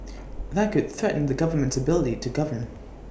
that could threaten the government's ability to govern